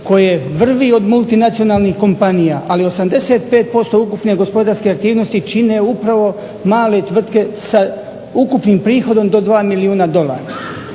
koje vrvi od multinacionalnih kompanija, ali 85% ukupne gospodarske aktivnosti čine upravo male tvrtke sa ukupnim prihodom do 2 milijuna dolara.